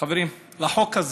חברים, בחוק הזה,